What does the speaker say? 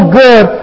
good